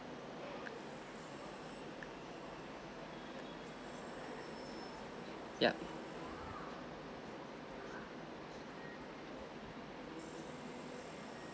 yup